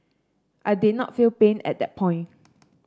I did not feel pain at that point